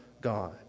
God